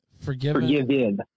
Forgiven